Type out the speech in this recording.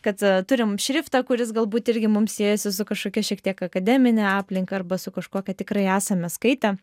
kad turim šriftą kuris galbūt irgi mum siejasi su kažkokia šiek tiek akademine aplinka arba su kažkokia tikrai esame skaitę